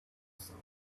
some